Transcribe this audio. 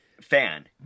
fan